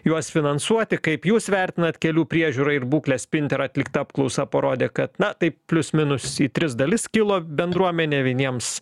juos finansuoti kaip jūs vertinat kelių priežiūrą ir būklę spinter atlikta apklausa parodė kad na taip plius minus į tris dalis skilo bendruomenė vieniems